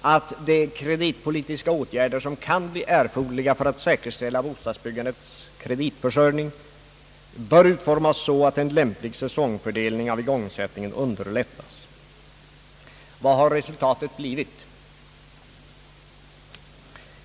att de kreditpolitiska åtgärder som kan bli erforderliga för att säkerställa bostadsbyggandets kreditförsörjning bör utformas så att en lämplig säsongfördelning av igångsättningen underlättas. Vad har resultatet blivit?